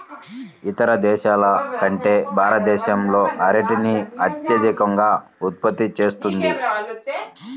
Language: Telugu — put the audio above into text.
ఇతర దేశాల కంటే భారతదేశం అరటిని అత్యధికంగా ఉత్పత్తి చేస్తుంది